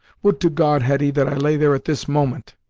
would to god, hetty, that i lay there at this moment!